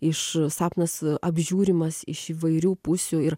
iš sapnas apžiūrimas iš įvairių pusių ir